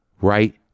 right